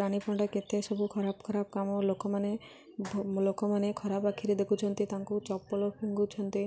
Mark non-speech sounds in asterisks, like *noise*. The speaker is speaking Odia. ରାଣୀ ପଣ୍ଡା କେତେ ସବୁ ଖରାପ ଖରାପ କାମ ଲୋକମାନେ *unintelligible* ଲୋକମାନେ ଖରାପ ଆଖିରେ ଦେଖୁଛନ୍ତି ତାଙ୍କୁ ଚପଲ ଫିଙ୍ଗୁଛନ୍ତି